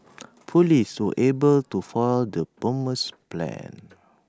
Police were able to foil the bomber's plans